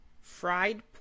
Fried